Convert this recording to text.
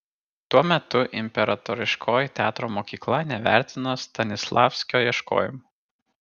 tuo metu imperatoriškoji teatro mokykla nevertino stanislavskio ieškojimų